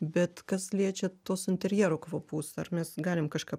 bet kas liečia tuos interjero kvapus ar mes galim kažką